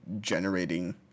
generating